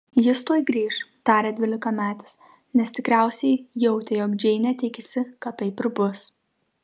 jis tuoj grįš tarė dvylikametis nes tikriausiai jautė jog džeinė tikisi kad taip ir bus